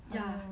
ya